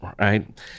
right